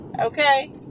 Okay